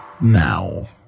now